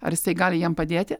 ar jisai gali jam padėti